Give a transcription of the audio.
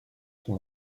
son